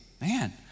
man